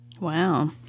Wow